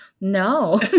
no